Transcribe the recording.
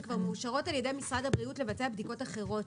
שכבר מאושרות על ידי משרד הבריאות לבצע בדיקות אחרת.